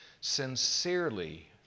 sincerely